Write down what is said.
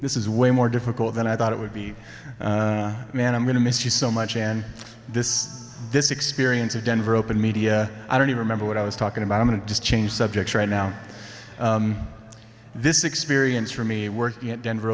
this is way more difficult than i thought it would be a man i'm going to miss you so much and this this experience of denver open media i don't remember what i was talking about i'm going to just change subjects right now this experience for me working at denver